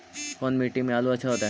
कोन मट्टी में आलु अच्छा होतै?